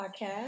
Podcast